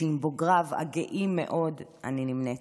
שעם בוגריו הגאים מאוד אני נמנית.